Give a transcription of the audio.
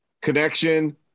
Connection